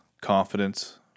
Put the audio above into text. confidence